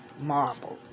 marble